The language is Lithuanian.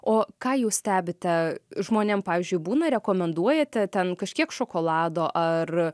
o ką jūs stebite žmonėm pavyzdžiui būna rekomenduojate ten kažkiek šokolado ar